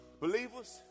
Believers